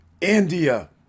India